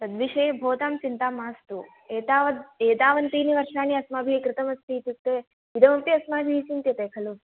तद्विषये भवतां चिन्ता मास्तु एतावद् तावन्तीनि वर्षाणि अस्माभिः कृतमस्ति इत्युक्ते इदम इदमपि अस्माभिः चिन्त्येते खलु